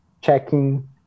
checking